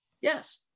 yes